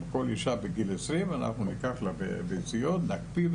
אם כל אישה בגיל 20 ניקח לה ביציות ונקפיא,